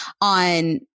on